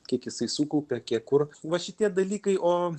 kiek jisai sukaupia kiek kur va šitie dalykai o